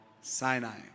Sinai